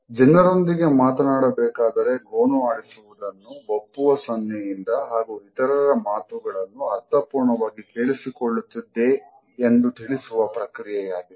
ಜನರೊಂದಿಗೆ ಮಾತನಾಡಬೇಕಾದರೆ ಗೋಣು ಆಡಿಸುವುದನ್ನು ಒಪ್ಪುವ ಸನ್ನೆಯಿಂದ ಹಾಗೂ ಇತರರ ಮಾತುಗಳನ್ನು ಅರ್ಥಪೂರ್ಣವಾಗಿ ಕೇಳಿಸಿಕೊಳ್ಳುತ್ತಿದ್ದೆ ಎಂದು ತಿಳಿಸುವ ಪ್ರಕ್ರಿಯೆಯಾಗಿದೆ